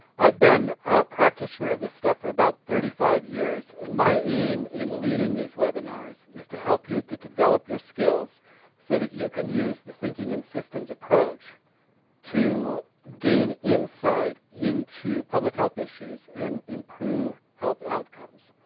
i've been a practitioner of this stuff for about thirty five years and my aim is leading these webinars is to help you to develop your skills so that you can use the thinking in systems approach to gain insight in to public health issues and improve health outcomes.